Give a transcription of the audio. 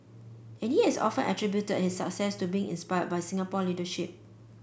and he has often attributed its success to being inspired by Singapore leadership